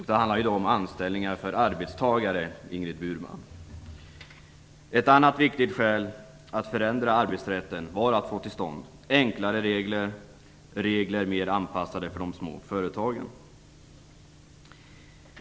Det handlar om anställningar för arbetstagare, Ingrid Ett annat viktigt skäl att ändra arbetsrätten var att få till stånd enklare regler, mer anpassade för de små företagen.